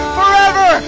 forever